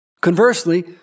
Conversely